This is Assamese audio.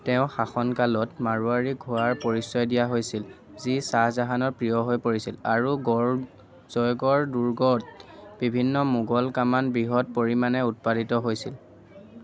তেওঁৰ শাসনকালত মাৰোৱাৰী ঘোঁৰাৰ পৰিচয় দিয়া হৈছিল যি শ্বাহজাহানৰ প্ৰিয় হৈ পৰিছিল আৰু জয়গড় দুৰ্গত বিভিন্ন মোগল কামান বৃহৎ পৰিমাণে উৎপাদিত হৈছিল